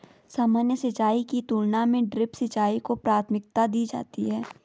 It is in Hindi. सामान्य सिंचाई की तुलना में ड्रिप सिंचाई को प्राथमिकता दी जाती है